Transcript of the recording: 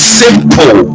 simple